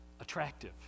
attractive